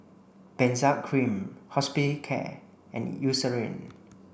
Benzac Cream Hospicare and Eucerin